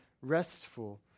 restful